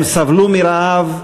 הם סבלו מרעב,